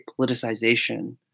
politicization